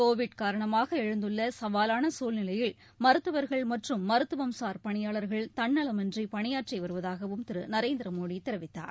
Covid காரணமாக எழுந்துள்ள சவாவான சூழ்நிலையில் மருத்துவர்கள் மற்றும் மருத்துவம் சார் பணியாளர்கள் தன்னலமின்றி பணியாற்றி வருவதாகவும் திரு நரேந்திரமோடி தெரிவித்தார்